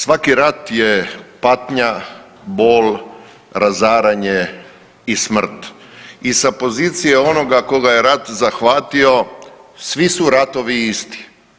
Svaki rat je patnja, bol, razaranje i smrt i sa pozicije onoga koga je rat zahvatio svi su ratovi isti.